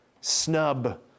snub